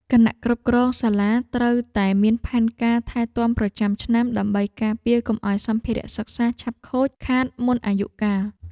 គណៈគ្រប់គ្រងសាលាត្រូវតែមានផែនការថែទាំប្រចាំឆ្នាំ ដើម្បីការពារកុំឱ្យសម្ភារៈសិក្សាឆាប់ខូចខាតមុនអាយុកាល។